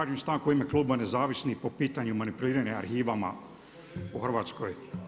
Tražim stanku u ime Kluba Nezavisni, po pitanju manipuliranje arhivama u Hrvatskoj.